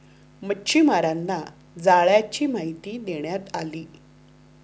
मच्छीमारांना जाळ्यांची माहिती देण्यात आली